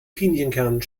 pinienkernen